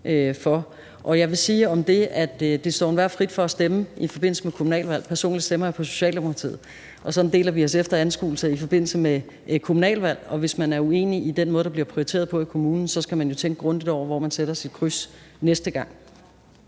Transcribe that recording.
for. Jeg vil sige om det, at det står enhver frit for at stemme i forbindelse med kommunalvalget. Personligt stemmer jeg på Socialdemokratiet, og sådan deler vi os efter anskuelse i forbindelse med kommunalvalg, og hvis man er uenig i den måde, der bliver prioriteret på i kommunen, så skal man jo tænke grundigt over, hvor man sætter sit kryds næste gang.